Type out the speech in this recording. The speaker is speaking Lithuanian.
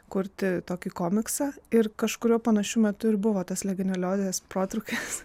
kurti tokį komiksą ir kažkuriuo panašiu metu ir buvo tas legioneliozės protrūkis